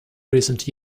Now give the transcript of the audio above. recent